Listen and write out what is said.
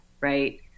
right